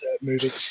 movie